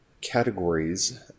categories